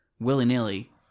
willy-nilly